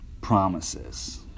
promises